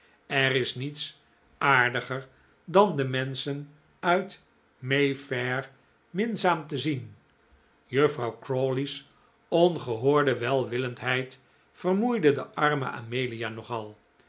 er is niets aardiger dan de menschen uit may fair minzaam te zien juffrouw crawley's ongehoorde welwillendheid vermoeide de arme amelia nogal